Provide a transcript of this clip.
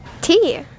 Tea